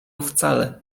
wcale